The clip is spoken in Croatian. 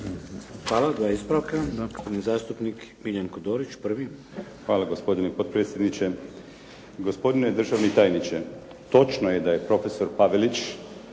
Dorić prvi. **Dorić, Miljenko (HNS)** Hvala gospodine potpredsjedniče. Gospodine državni tajniče, točno je da je profesor Pavelić